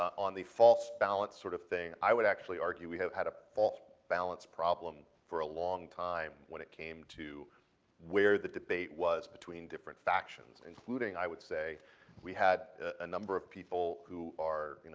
on the false balance sort of thing, i would actually argue we have had a false balance problem for a long time when it came to where the debate was between different different factions including, i would say we had a number of people who are